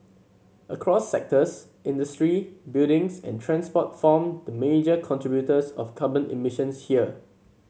across sectors industry buildings and transport form the major contributors of carbon emissions here